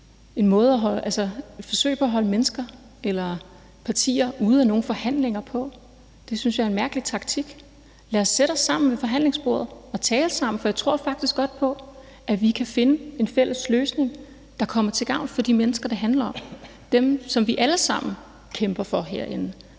på at holde mennesker eller partier ude af nogle forhandlinger. Det synes jeg er en mærkelig taktik. Lad os sætte os sammen ved forhandlingsbordet og tale sammen, for jeg tror faktisk godt på, at vi kan finde en fælles løsning, der kommer de mennesker til gavn, som det handler om: dem, som vi alle sammen kæmper for herinde,